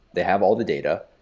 they have all the data,